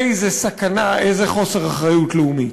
איזו סכנה, איזה חוסר אחריות לאומית.